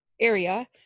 area